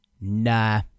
nah